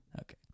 Okay